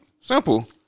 Simple